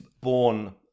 born